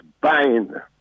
bind